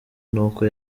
n’uko